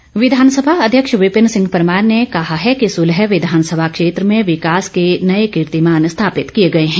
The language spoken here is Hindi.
परमार विधानसभा अध्यक्ष विपिन सिंह परमार ने कहा है कि सुलह विधानसभा क्षेत्र में विकास के नए कीर्तिमान स्थापित किए गए हैं